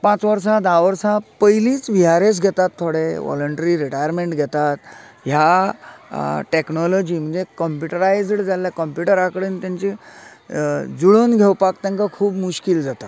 पांच वर्सां धा वर्सां पयलींच वी आर एस घेतात थोडे वाॅलन्ट्री रिटायरमेन्ट घेतात ह्या टॅक्नोलाॅजी म्हणल्यार काॅम्प्युटरायज जर जाल्ले काॅम्प्युटरा कडेन तेंचे जुळून घेवपाक तेंकां खूब मुश्कील जाता